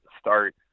start